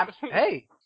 Hey